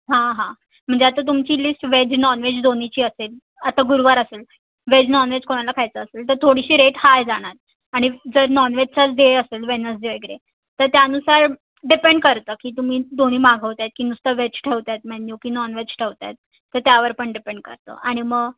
हां हां म्हणजे आता तुमची लिस्ट वेज नॉनवेज दोन्हीची असेल आता गुरुवार असेल वेज नॉनवेज कोणाला खायचं असेल तर थोडीशी रेट हाय जाणार आणि जर नॉनवेजचाच डे असेल वेनसडे वगैरे तर त्यानुसार डिपेंड करतं की तुम्ही दोन्ही मागवत आहे की नुसतं वेज ठेवता आहात मेन्यू की नॉनवेज ठेवता आहात ते त्यावर पण डिपेंड करतं आणि मग